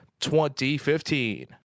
2015